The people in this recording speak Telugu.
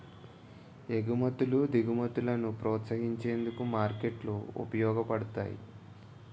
ఎగుమతులు దిగుమతులను ప్రోత్సహించేందుకు మార్కెట్లు ఉపయోగపడతాయి